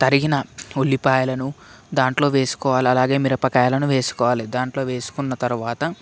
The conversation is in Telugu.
తరిగిన ఉల్లిపాయలను దాంట్లో వేసుకోవాలి అలాగే మిరపకాయలను వేసుకోవాలి దాంట్లో వేసుకున్న తర్వాత